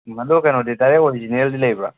ꯑꯗꯨ ꯀꯩꯅꯣꯗꯤ ꯗꯥꯏꯔꯦꯛ ꯑꯣꯔꯤꯖꯤꯅꯦꯜꯗꯤ ꯂꯩꯕ꯭ꯔꯥ